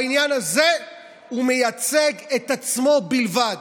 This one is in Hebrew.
בעניין הזה הוא מייצג את עצמו בלבד.